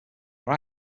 are